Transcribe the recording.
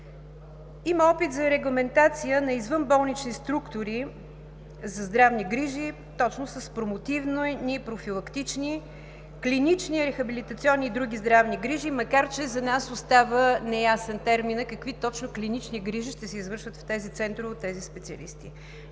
Има опит за регламентация на извънболнични структури за здравни грижи точно с промотивни, профилактични, клинични, рехабилитационни и други здравни грижи, макар че за нас остава неясен терминът какви точно клинични грижи ще се извършват в тези центрове от тези специалисти.